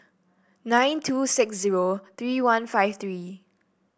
nine two six zero three one five three